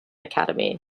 academy